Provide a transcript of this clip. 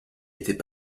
étaient